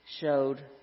showed